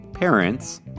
parents